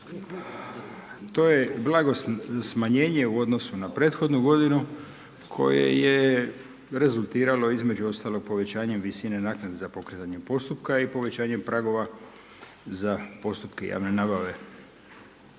To je blago smanjenje u odnosu na prethodnu godinu koje je rezultiralo između ostalog povećanjem visine naknade za pokretanjem postupka i povećanjem pragova za postupke javne nabave.